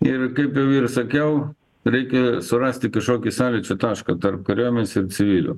ir kaip ir sakiau reikia surasti kažkokį sąlyčio tašką tarp kariuomenės ir civilių